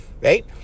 right